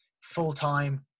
full-time